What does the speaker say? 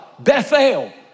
Bethel